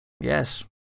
yes